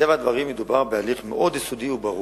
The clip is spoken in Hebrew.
מטבע הדברים מדובר בהליך מאוד יסודי וברור.